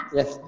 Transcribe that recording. Yes